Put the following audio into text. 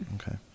okay